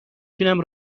تونم